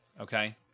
okay